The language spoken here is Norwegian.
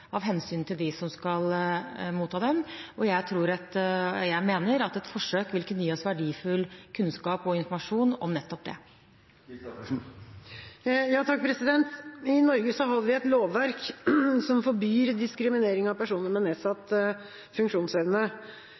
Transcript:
av hensyn til dem som skal motta dem, og jeg mener at et forsøk vil kunne gi oss verdifull kunnskap og informasjon om nettopp det. I Norge har vi et lovverk som forbyr diskriminering av personer med nedsatt funksjonsevne.